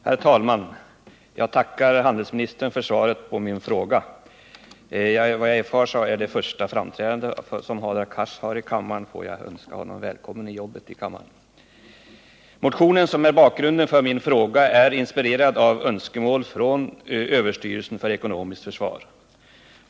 Herr talman! Jag tackar handelsministern för svaret på min fråga. Enligt vad jag erfarit är detta Hadar Cars första framträdande i kammaren. Låt mig därför önska honom välkommen till jobbet i kammaren. Motionen som är bakgrunden för min fråga är inspirerad av önskemål från överstyrelsen för ekonomiskt försvar.